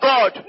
God